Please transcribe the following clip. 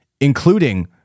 including